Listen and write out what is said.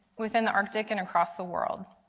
within the arctic and across the world.